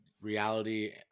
reality